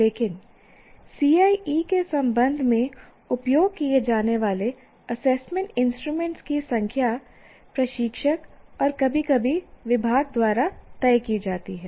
लेकिन CIE के संबंध में उपयोग किए जाने वाले एसेसमेंट इंस्ट्रूमेंट की संख्या प्रशिक्षक और कभी कभी विभाग द्वारा तय की जाती है